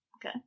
Okay